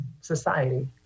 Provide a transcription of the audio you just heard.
society